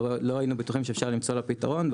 היינו בטוחים שאפשר למצוא לה פתרון,